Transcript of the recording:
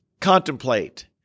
contemplate